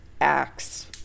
acts